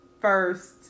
first